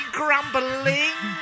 grumbling